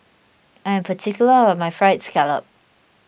I am particular about my Fried Scallop